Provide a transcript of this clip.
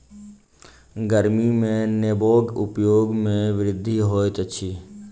गर्मी में नेबोक उपयोग में वृद्धि होइत अछि